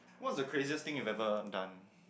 what's the craziest thing you've ever done